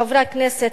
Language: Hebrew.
חברי הכנסת,